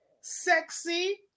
sexy